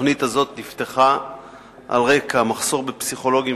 התוכנית הזאת נפתחה על רקע מחסור בפסיכולוגים